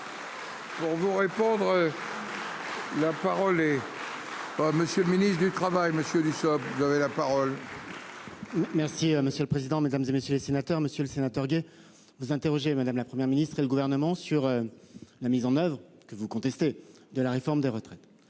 majorité du peuple français. Monsieur le ministre du Travail, monsieur Dussopt, vous avez la parole. Merci monsieur le président, Mesdames, et messieurs les sénateurs, Monsieur le Sénateur gay vous interroger madame, la Première ministre et le gouvernement sur. La mise en oeuvre que vous contestez de la réforme des retraites.